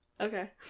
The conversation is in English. Okay